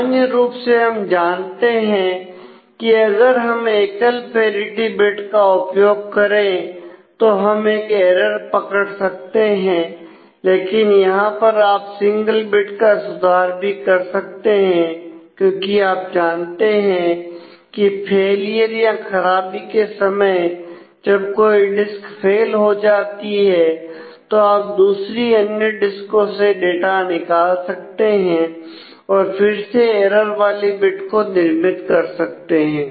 सामान्य रूप से हम जानते हैं कि अगर हम एकल पेरिटी बिट का उपयोग करें तो हम एक एरर पकड़ सकते हैं लेकिन यहां पर आप सिंगल बिट का सुधार भी कर सकते हैं क्योंकि आप जानते हैं की फैलियर या खराबी के समय जब कोई डिस्क फेल हो जाती है तो आप दूसरी अन्य डिस्को से डाटा निकाल सकते हैं और फिर से एरर वाली बिट को निर्मित कर सकते हैं